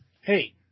hey